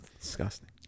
Disgusting